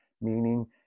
Meaning